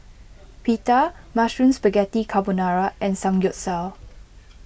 Pita Mushroom Spaghetti Carbonara and Samgyeopsal